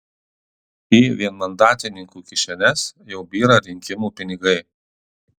į vienmandatininkų kišenes jau byra rinkimų pinigai